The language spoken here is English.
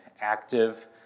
active